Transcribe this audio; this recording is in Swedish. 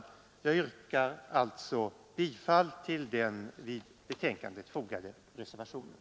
Jag yrkar alltså bifall till den vid betänkandet fogade reservationen.